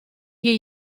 hier